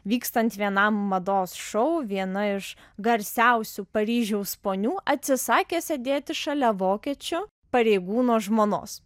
vykstant vienam mados šou viena iš garsiausių paryžiaus ponių atsisakė sėdėti šalia vokiečio pareigūno žmonos